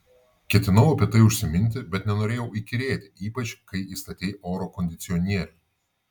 ketinau apie tai užsiminti bet nenorėjau įkyrėti ypač kai įstatei oro kondicionierių